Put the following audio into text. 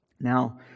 Now